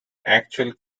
actual